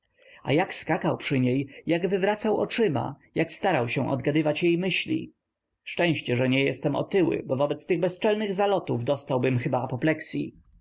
a jak skakał przy niej jak wywracał oczyma jak starał się odgadywać jej myśli szczęście że nie jestem otyły bo wobec tych bezczelnych zalotów dostałbym chyba apopleksyi